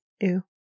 Ew